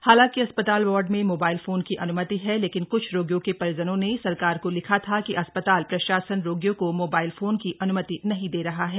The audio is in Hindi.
हालांकि अस्पताल वार्ड में मोबाइल फोन की अन्मति है लेकिन क्छ रोगियों के परिजनों ने सरकार को लिखा था कि अस्पताल प्रशासन रोगियों को मोबाइल फोन की अनुमति नहीं दे रहा है